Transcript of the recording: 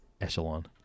echelon